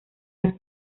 las